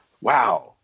wow